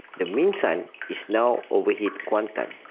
the mean sun is now overhead kuantan,